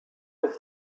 with